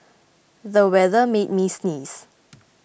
the weather made me sneeze